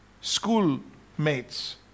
schoolmates